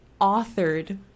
authored